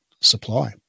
supply